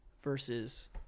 versus